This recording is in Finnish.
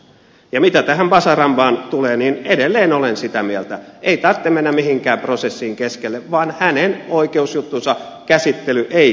mitä tähän bazarambaan tulee niin edelleen olen sitä mieltä että ei tarvitse mennä mihinkään prosessiin keskelle vaan hänen oikeusjuttunsa käsittely ei kuulunut suomeen